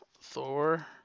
thor